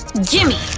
gimme!